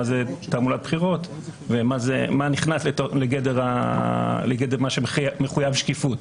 זה תעמולת בחירות ומה נכנס לגדר מה שמחויב שקיפות.